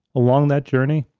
along that journey,